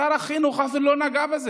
שר החינוך אפילו לא נגע בזה.